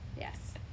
Yes